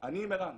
אני עם ערן.